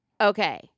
Okay